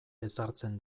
ezartzen